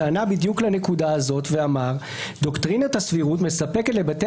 שענה בדיוק לנקודה הזאת ואמר: "דוקטרינת הסבירות מספקת לבתי